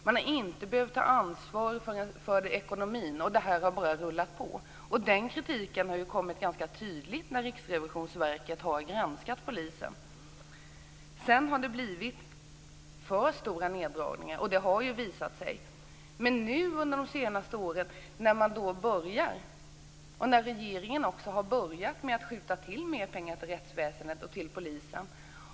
Man har inte behövt ta ansvar för ekonomin. Det har bara rullat på. Den kritiken har varit tydlig när Riksrevisionsverket har granskat polisen. Det har visat sig att det har blivit för stora neddragningar. Under de senaste åren har regeringen börjat skjuta till mer pengar till rättsväsendet och polisen.